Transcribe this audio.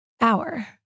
hour